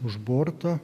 už borto